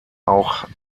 auch